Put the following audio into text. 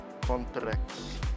Contracts